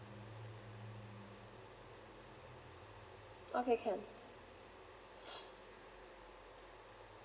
okay can